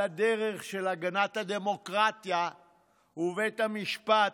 על הדרך של הגנת הדמוקרטיה ובית המשפט.